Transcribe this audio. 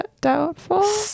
Doubtful